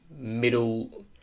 middle